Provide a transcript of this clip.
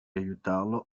aiutarlo